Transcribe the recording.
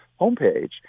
homepage